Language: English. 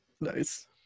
Nice